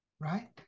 right